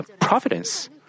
providence